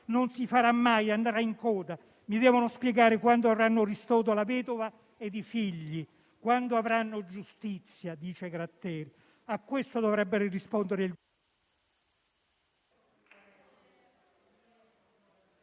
non si farà mai e andrà in coda. Mi devono spiegare quando avranno ristoro la vedova e i figli, quando avranno giustizia, dice Gratteri. A questo dovrebbe rispondere...